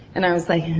and i was like,